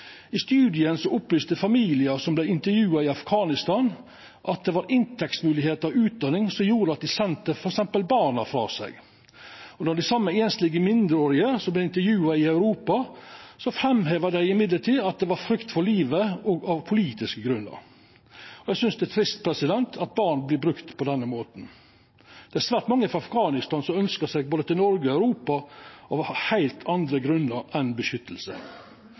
I studien opplyste familiar som vart intervjua i Afghanistan, at det var inntektsmoglegheitene og utdanning som gjorde at dei sende f.eks. barna frå seg. Då dei same einslege mindreårige vart intervjua i Europa, framheva dei at det var av frykt for livet og politiske grunnar. Eg synest det er trist at barn vert brukte på den måten. Det er svært mange frå Afghanistan som ønskjer seg til både Noreg og Europa av heilt andre grunnar enn beskyttelse.